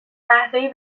قهوه